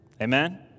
Amen